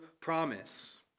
promise